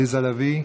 עליזה לביא,